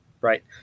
Right